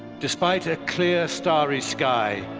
despite a clear starry sky,